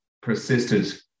persisted